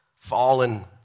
Fallen